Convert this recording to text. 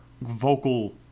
vocal